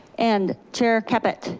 and chair caput?